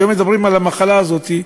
כשהיו מדברים על המחלה הזאת,